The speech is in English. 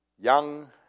young